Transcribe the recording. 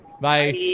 Bye